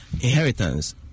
inheritance